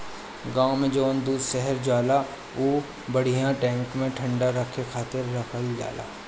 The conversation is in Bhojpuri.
गाँव से जवन दूध शहर जाला उ बड़ियार टैंक में ठंडा रखे खातिर रखल जाला